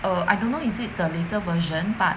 oh I don't know is it the later version but